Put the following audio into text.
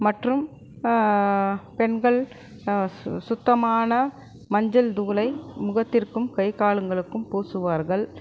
மற்றும் பெண்கள் சு சுத்தமான மஞ்சள் தூளை முகத்திற்கும் கை காலுங்களுக்கும் பூசுவார்கள்